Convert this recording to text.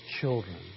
children